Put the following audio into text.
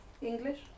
English